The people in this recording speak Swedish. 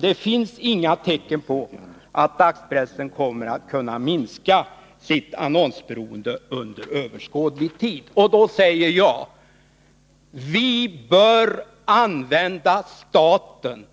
Det finns inga tecken på att dagspressen kommer att kunna minska sitt annonsberoende under överskådlig tid. Då säger jag: Vi bör använda statliga insatser